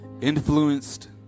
influenced